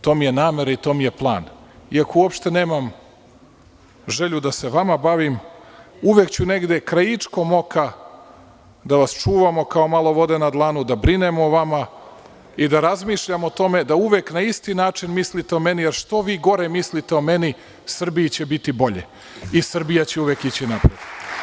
To mi je namera i to mi je plan, iako uopšte nemam želju da se vama bavim, uvek ću negde kraičkom oka da vas čuvamo kao malo vode na dlanu, da brinemo o vama i da razmišljamo o tome da uvek na isti način mislite o meni, jer što vi gore mislite o meni Srbiji će biti bolje i Srbija će uvek ići napred.